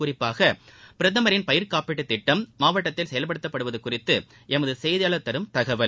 குறிப்பாக பிரதமின் பயிர்காப்பீட்டு திட்டம் மாவட்டத்தில் செயல்படுத்தப்படுவது குறித்து எமது செய்தியாளர் தரும் தகவல்